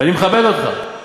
ואני מכבד אותך.